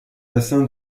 bassin